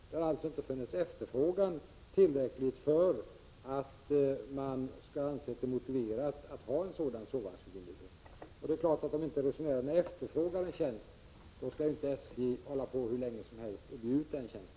Det har alltså inte funnits tillräcklig efterfrågan för att man skall anse det motiverat att ha en sovvagnsförbindelse. Det är klart att om inte resenärerna efterfrågar en tjänst, då skall inte SJ hålla på hur länge som helst och bjuda ut den tjänsten.